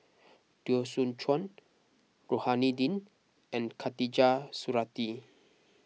Teo Soon Chuan Rohani Din and Khatijah Surattee